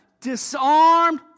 Disarmed